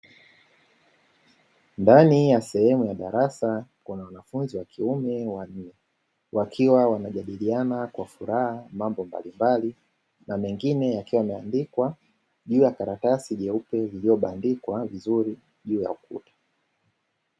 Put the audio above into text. Ndani ya sehemu ya darasa kuna wanafunzi wa kiume, wakiwa wanajadiliana kwa furaha mambo mbalimbali na mengine, yakiwa yameandikwa juu ya karatasi jeupe iliyobadikwa vizuri juu ya ukuta.